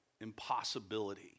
impossibility